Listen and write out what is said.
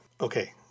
Okay